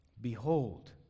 Behold